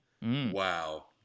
Wow